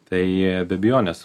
tai abejonės